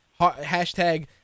hashtag